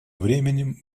временем